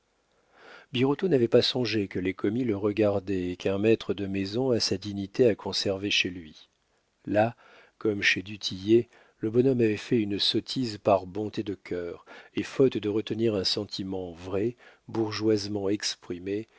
n'avait pas songé que les commis le regardaient et qu'un maître de maison a sa dignité à conserver chez lui là comme chez du tillet le bonhomme avait fait une sottise par bonté de cœur et faute de retenir un sentiment vrai bourgeoisement exprimé